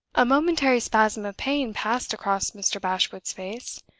a momentary spasm of pain passed across mr. bashwood's face.